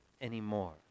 anymore